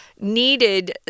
Needed